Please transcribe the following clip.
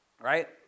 Right